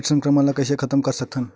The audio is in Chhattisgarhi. कीट संक्रमण ला कइसे खतम कर सकथन?